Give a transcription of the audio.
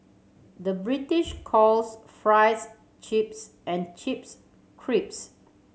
the British calls fries chips and chips crips